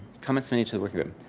comments made to the working um